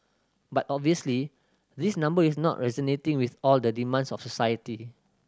but obviously this number is not resonating with all the demands of society